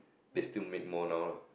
they still make more now lah